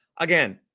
Again